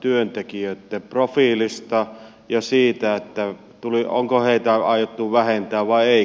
työntekijöitten profiilista ja siitä onko heitä aiottu vähentää vai eikö ole